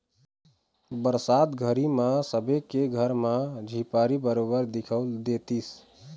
बरसात घरी म सबे के घर म झिपारी बरोबर दिखउल देतिस